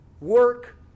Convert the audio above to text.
work